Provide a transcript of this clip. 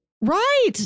Right